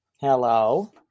Hello